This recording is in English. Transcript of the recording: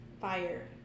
fire